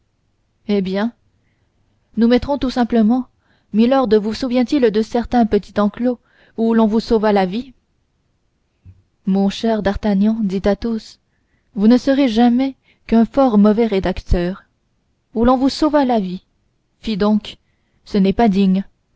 eh bien nous mettrons tout simplement milord vous souvientil de certain petit enclos où l'on vous sauva la vie mon cher d'artagnan dit athos vous ne serez jamais qu'un fort mauvais rédacteur où l'on vous sauva la vie fi donc ce n'est pas digne